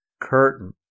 curtain